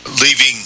leaving